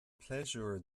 pléisiúir